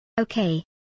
Okay